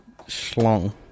schlong